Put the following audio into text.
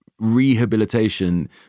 rehabilitation